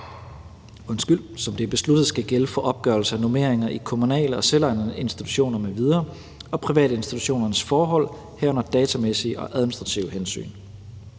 som det er besluttet skal gælde for opgørelsen af normeringer i kommunale og selvejende institutioner m.v. og privatinstitutionernes forhold, herunder datamæssige og administrative hensyn.